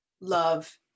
love